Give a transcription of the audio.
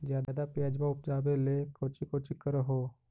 ज्यादा प्यजबा उपजाबे ले कौची कौची कर हो?